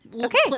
Okay